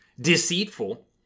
deceitful